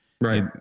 Right